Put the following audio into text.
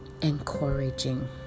encouraging